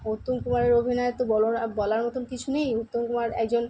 উত্তমকুমারের অভিনয় তো বলার বলার মতোন কিছু নেই উত্তমকুমার একজন